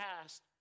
past